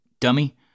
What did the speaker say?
Dummy